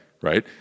right